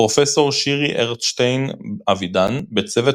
פרופסור שירי ארטשטיין-אבידן בצוות